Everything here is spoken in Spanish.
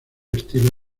estilo